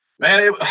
Man